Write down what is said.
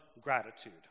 gratitude